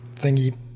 thingy